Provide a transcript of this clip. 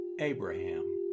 Abraham